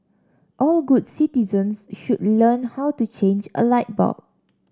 all good citizens should learn how to change a light bulb